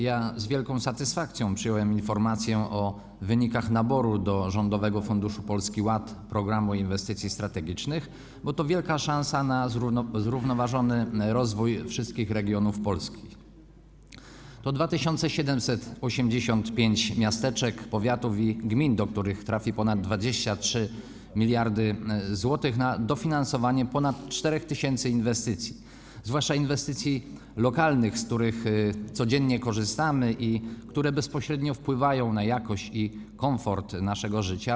Ja z wielką satysfakcją przyjąłem informację o wynikach naboru do Rządowego Funduszu Polski Ład: Programu Inwestycji Strategicznych, bo to wielka szansa na zrównoważony rozwój wszystkich regionów Polski - to 2785 miasteczek, powiatów i gmin, do których trafi ponad 23 mld zł na dofinansowanie ponad 4 tys. inwestycji, zwłaszcza inwestycji lokalnych, z których codziennie korzystamy i które bezpośrednio wpływają na jakość i komfort naszego życia.